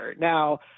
Now